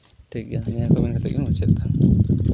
ᱴᱷᱤᱠ ᱜᱮᱭᱟ ᱱᱤᱭᱟᱹ ᱠᱚ ᱢᱮᱱ ᱠᱟᱛᱮ ᱜᱤᱧ ᱢᱩᱪᱟᱹᱫ ᱮᱫᱟ